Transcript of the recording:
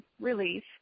release